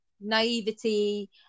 naivety